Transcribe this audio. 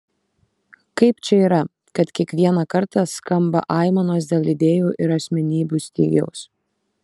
kaip čia yra kad kiekvieną kartą skamba aimanos dėl idėjų ir asmenybių stygiaus